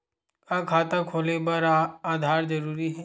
का खाता खोले बर आधार जरूरी हे?